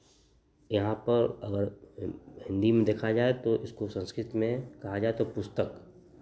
यहाँ पर अगर हिन्दी में देखा जाए तो इसको संस्कृत में कहा जाए तो पुस्तक